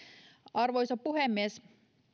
arvoisa puhemies